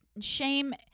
shame